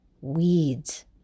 weeds